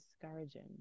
discouraging